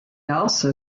also